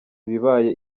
ibibaye